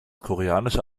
koreanische